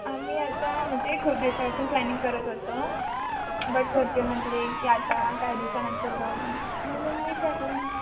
आम्ही आता म्हणजे खूप दिवसापासून प्लॅनिंग करत होतो बट घरचे म्हणले की आता काही दिवसानंतर जाऊ म्हणून विचारलं